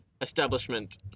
establishment